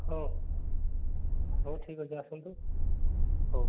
ହଁ ହଉ ଠିକ୍ ଅଛି ଆସନ୍ତୁ ହଉ